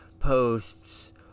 posts